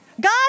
God